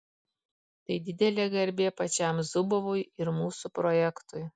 tai didelė garbė pačiam zubovui ir mūsų projektui